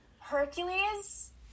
Hercules